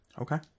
Okay